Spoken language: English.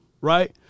Right